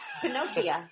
Pinocchio